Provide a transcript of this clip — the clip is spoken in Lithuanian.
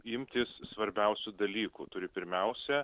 imtis svarbiausių dalykų turi pirmiausia